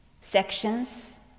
sections